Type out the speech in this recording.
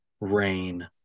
Rain